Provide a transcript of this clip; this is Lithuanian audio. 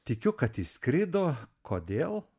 tikiu kad išskrido kodėl